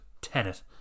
tenet